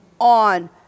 on